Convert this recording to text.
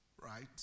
right